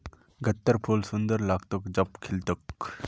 गत्त्रर फूल सुंदर लाग्तोक जब खिल तोक